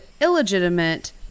illegitimate